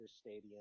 stadium